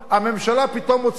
הממשלה פתאום מוציאה.